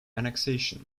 annexation